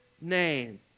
name